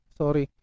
sorry